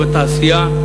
בתעשייה,